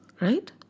right